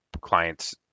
Clients